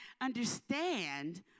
understand